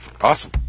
Awesome